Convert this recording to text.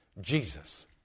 Jesus